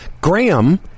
Graham